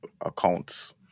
accounts